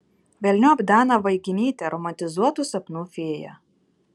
velniop daną vaiginytę romantizuotų sapnų fėją